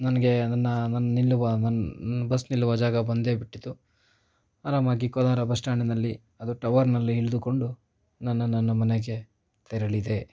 ನನಗೆ ನನ್ನ ನಾನು ನಿಲ್ಲುವ ನನ್ನ ಬಸ್ ನಿಲ್ಲುವ ಜಾಗ ಬಂದೇ ಬಿಟ್ಟಿತು ಆರಾಮಾಗಿ ಕೋಲಾರ ಬಸ್ ಸ್ಟ್ಯಾಂಡಿನಲ್ಲಿ ಅದು ಟವರ್ನಲ್ಲಿ ಇಳಿದುಕೊಂಡು ನನ್ನ ನನ್ನ ಮನೆಗೆ ತೆರಳಿದೆ